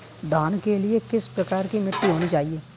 धान के लिए किस प्रकार की मिट्टी होनी चाहिए?